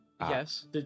Yes